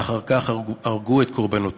ואחר כך הרגו את קורבנותיהם".